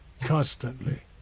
constantly